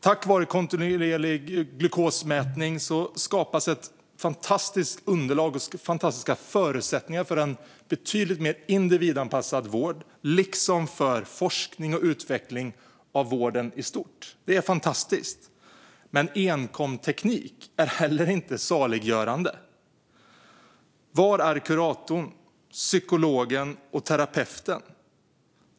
Tack vare kontinuerlig glukosmätning skapas ett fantastiskt underlag och fantastiska förutsättningar för en betydligt mer individanpassad vård, liksom för forskning och utveckling av vården i stort. Men enkom teknik är heller inte saliggörande. Var är kuratorn, psykologen och terapeuten?